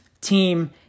team